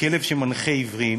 שמנחה עיוורים.